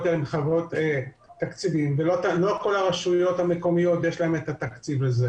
האלה מחייבות תקציב ולא לכל הרשויות יש את התקציב הזה.